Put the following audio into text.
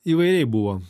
įvairiai buvo